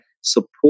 support